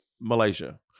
Malaysia